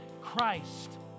Christ